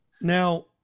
Now